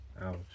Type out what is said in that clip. Ouch